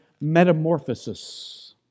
metamorphosis